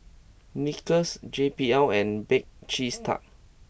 Snickers J B L and Bake Cheese Tart